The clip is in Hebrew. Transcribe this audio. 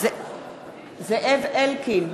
זאב אלקין,